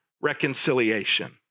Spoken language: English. reconciliation